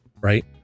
right